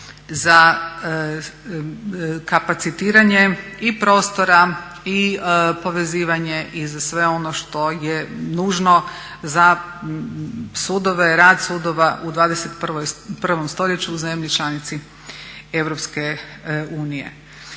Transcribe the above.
za kapacitiranje i prostora i povezivanje i sve ono što je nužno za sudove, rad sudova u 21. stoljeću u zemlji članici